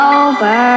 over